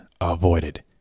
avoided